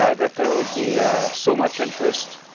ah that there would be so much interest.